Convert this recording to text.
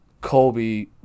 Kobe